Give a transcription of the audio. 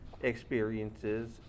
experiences